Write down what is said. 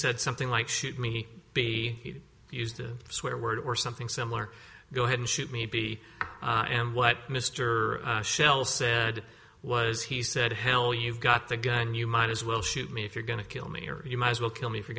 said something like shoot me be used to swear word or something similar go ahead and shoot me b and what mr shell said was he said hell you've got the gun you might as well shoot me if you're going to kill me or you might as well kill me